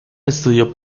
estudió